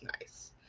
nice